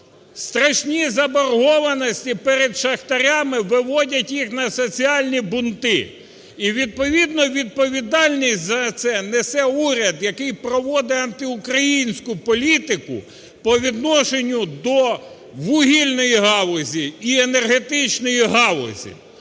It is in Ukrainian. Страшні заборгованості перед шахтарями виводять їх на соціальні бунти і відповідно відповідальність за це несе уряд, який проводить антиукраїнську політику по відношенню до вугільної галузі і енергетичної галузі.